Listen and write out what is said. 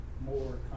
more